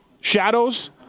Shadows